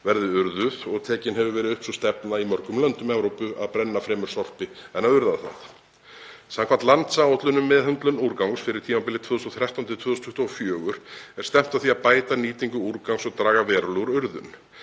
verði urðuð og tekin hefur verið upp sú stefna í mörgum löndum Evrópu að brenna sorpi fremur en að urða það. Samkvæmt landsáætlun um meðhöndlun úrgangs fyrir tímabilið 2013–2024 er stefnt að því að bæta nýtingu úrgangs og draga verulega úr urðun.